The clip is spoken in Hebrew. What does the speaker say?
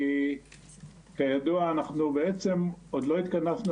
כי כידוע אנחנו בעצם עוד לא התכנסנו